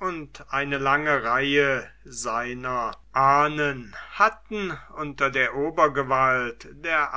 und eine lange reihe seiner ahnen hatten unter der obergewalt der